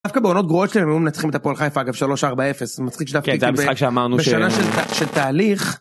דווקא בעונות גרועות שלהם הם היו מנצחים את הפועל חיפה, אגב, 3-4:0. זה מצחיק שדווקא... כן, זה המשחק שאמרנו ש... בשנה של תהליך...